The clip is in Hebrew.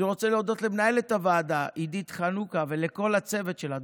אני רוצה להודות למנהלת הוועדה ד"ר עידית חנוכה ולכל הצוות שלה.